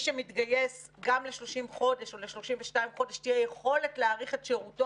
שמתגייס גם ל-30 חודש או ל-32 חודש תהיה יכולת להאריך את שירותו,